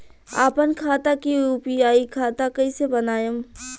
आपन खाता के यू.पी.आई खाता कईसे बनाएम?